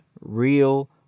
real